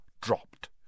dropped